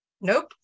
Nope